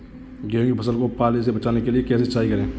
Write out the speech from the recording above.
गेहूँ की फसल को पाले से बचाने के लिए कैसे सिंचाई करें?